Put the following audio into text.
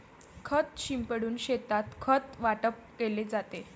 खत शिंपडून शेतात खत वाटप केले जाते